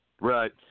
right